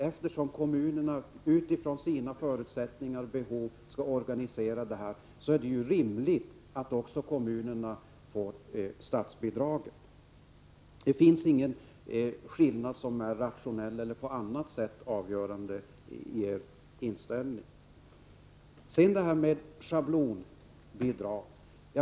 Eftersom kommunerna utifrån sina förutsättningar och behov skall organisera verksamheten är det rimligt att de också får statsbidragen. Det finns inga rationella eller på annat sätt avgörande skäl för er inställning. Slutligen frågan om schablonbidrag.